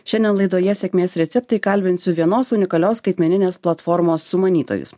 šiandien laidoje sėkmės receptai kalbinsiu vienos unikalios skaitmeninės platformos sumanytojus